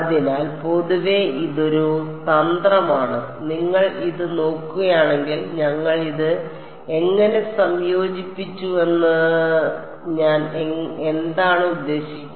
അതിനാൽ പൊതുവെ ഇതൊരു തന്ത്രമാണ് നിങ്ങൾ ഇത് നോക്കുകയാണെങ്കിൽ ഞങ്ങൾ ഇത് എങ്ങനെ സംയോജിപ്പിച്ചുവെന്ന് ഞാൻ എന്താണ് ഉദ്ദേശിച്ചത്